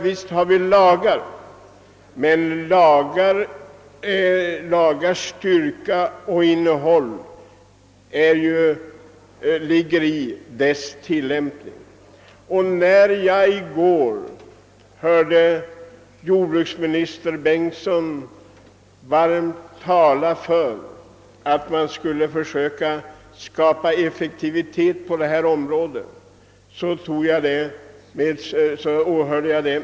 Visst har vi lågar, men lagars styrka och innehåll ligger i deras tillämpning. Det var därför med stor tillfredsställelse jag i går hörde jordbruksminister Bengtsson varmt tala för att man skulle försöka skapa effektivitet på detta område.